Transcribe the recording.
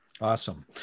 awesome